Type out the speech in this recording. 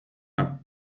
are